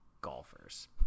golfers